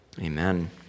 Amen